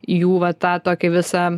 jų va tą tokį visą